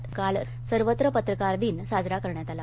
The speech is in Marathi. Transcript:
राज्यात काल सर्वत्र पत्रकार दिन साजरा करण्यात आला